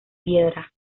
piedra